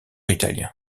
italien